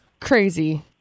crazy